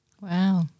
Wow